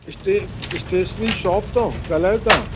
stay stationery shop तां ॻाल्हायो था